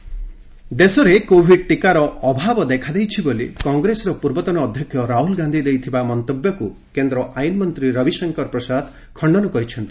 Ravishankar Covid vaccine ଦେଶରେ Covid ଟିକାର ଅଭାବ ଦେଖାଯାଇଛି ବୋଲି କଂଗ୍ରେସର ପୂର୍ବତନ ଅଧ୍ୟକ୍ଷ ରାହୁଲ ଗାନ୍ଧୀ ଦେଇଥିବା ମନ୍ତବ୍ୟକୁ କେନ୍ଦ୍ର ଆଇନମନ୍ତ୍ରୀ ରବିଶଙ୍କର ପ୍ରସାଦ ଖଣ୍ଡନ କରିଛନ୍ତି